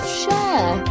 share